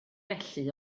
felly